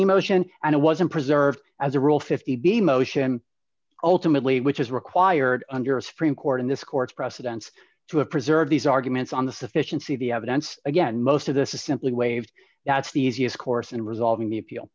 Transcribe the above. emotion and it wasn't preserved as a rule fifty b motion ultimately which is required under a supreme court in this court's precedents to have preserved these arguments on the sufficiency of the evidence again most of this is simply waived that's the easiest course in resolving the appeal